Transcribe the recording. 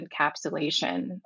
encapsulation